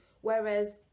whereas